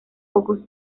ojos